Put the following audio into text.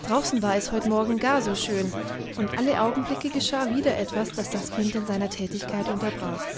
draußen war es heut morgen gar so schön und alle augenblicke geschah wieder etwas was das kind in seiner tätigkeit unterbrach